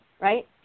right